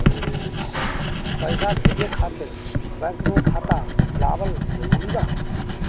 पईसा भेजे खातिर बैंक मे खाता खुलवाअल जरूरी बा?